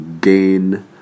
gain